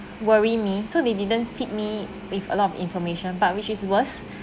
worry me so they didn't pit me with a lot of information but which is worse